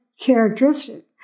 characteristic